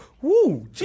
Woo